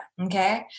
okay